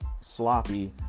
sloppy